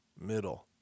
middle